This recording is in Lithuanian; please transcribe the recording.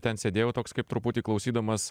ten sėdėjau toks kaip truputį klausydamas